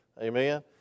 Amen